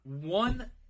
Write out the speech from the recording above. one